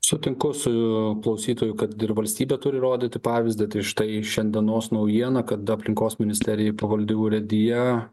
sutinku su klausytoju kad ir valstybė turi rodyti pavyzdį tai štai šiandienos naujiena kad da aplinkos ministerijai pavaldi urėdija